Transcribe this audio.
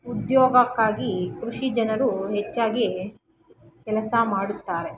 ಉದ್ಯೋಗಕ್ಕಾಗಿ ಕೃಷಿ ಜನರು ಹೆಚ್ಚಾಗಿ ಕೆಲಸ ಮಾಡುತ್ತಾರೆ